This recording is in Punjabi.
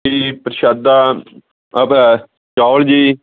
ਜੀ ਪ੍ਰਸ਼ਾਦਾ ਬ ਚੌਲ ਜੀ